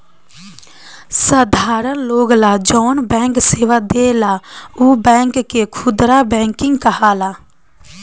साधारण लोग ला जौन बैंक सेवा देला उ बैंक के खुदरा बैंकिंग कहाला